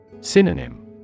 Synonym